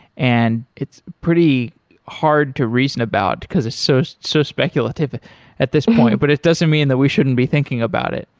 and it's pretty hard to reason about, because it's so so so speculative at this point, but it doesn't mean that we shouldn't be thinking about it.